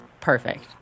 perfect